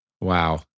Wow